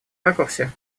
ракурсе